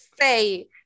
say